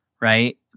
Right